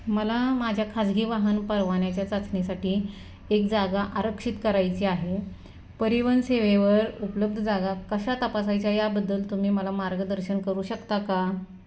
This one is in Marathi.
मला माझ्या खाजगी वाहन परवान्याच्या चाचणीसाठी एक जागा आरक्षित करायची आहे परिवहन सेवेवर उपलब्ध जागा कशा तपासायच्या याबद्दल तुम्ही मला मार्गदर्शन करू शकता का